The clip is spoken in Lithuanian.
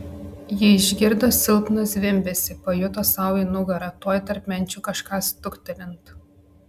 ji išgirdo silpną zvimbesį pajuto sau į nugarą tuoj tarp menčių kažką stuktelint